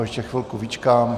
Ještě chvilku vyčkám.